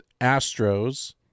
Astros